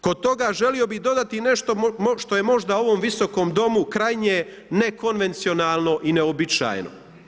Kod toga želio bih dodati i nešto što je možda ovom Visokom domu krajnje nekonvencionalno i neuobičajeno.